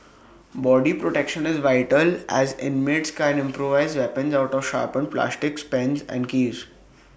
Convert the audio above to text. body protection is vital as inmates can improvise weapons out of sharpened plastics pens and keys